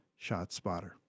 ShotSpotter